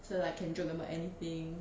so like I can joke about anything